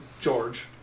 George